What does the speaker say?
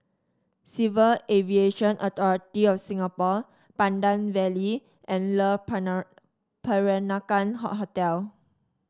Civil Aviation Authority of Singapore Pandan Valley and Le Peranakan Hotel